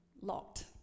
locked